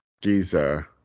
Giza